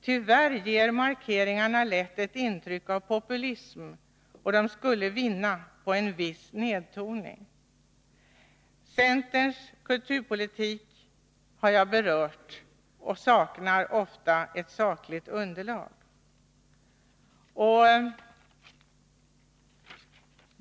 Tyvärr ger markeringarna lätt ett intryck av populism, och de skulle vinna på en viss nedtoning. Centerns kulturpolitik har jag berört — den saknar ofta ett sakligt underlag.